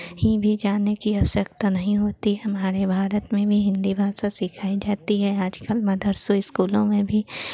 हीं भी जाने की आवश्यकता नहीं होती हमारे भारत में भी हिन्दी भाषा सिखाई जाती है आज कल मदरसों इस्कूलों में भी